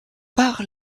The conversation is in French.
par